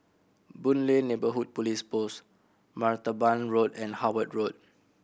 Boon Lay Neighbourhood Police Post Martaban Road and Howard Road